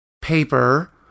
paper